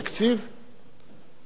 אני חוזר ואומר, אדוני השר,